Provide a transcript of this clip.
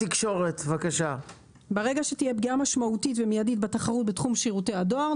ברגע שתהיה פגיעה משמעותית ומידית בתחרות בתחום שירותי הדואר,